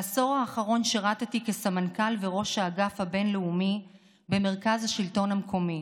בעשור האחרון שירתי כסמנכ"ל וראש האגף הבין-לאומי במרכז השלטון המקומי.